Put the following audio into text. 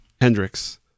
Hendrix